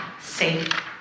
safe